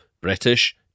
British